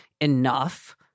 enough